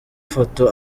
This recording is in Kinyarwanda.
foto